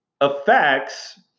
affects